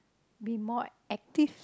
be more active